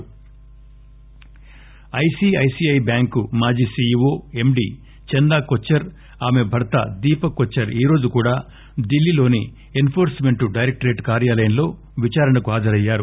ED ICICI bank మాజీ CEO MD Chanda Kochhar ఆమె భర్త దీపక్ కొచ్చర్ ఈరోజు కూడా ఢిల్లీలోని ఎస్ఫోర్స్మెంట్ డైరక్టరేట్ కార్యాలయంలో విచారణకు హాజరయ్యారు